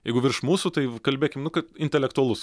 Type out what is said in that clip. jeigu virš mūsų tai kalbėkim nu kad intelektualus